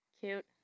Cute